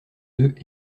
œufs